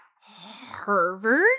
Harvard